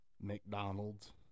McDonald's